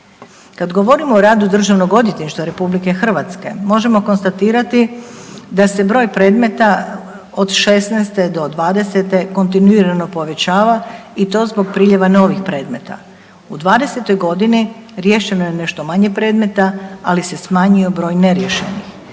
Kad govorimo o radu Državnog odvjetništva RH možemo konstatirati da se broj predmeta od '16. do '20. kontinuirano povećava i to zbog priljeva novih predmeta. U '20. godini riješeno je nešto manje predmeta, ali se smanji neriješenih.